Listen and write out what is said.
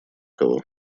кого